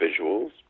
visuals